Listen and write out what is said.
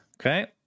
Okay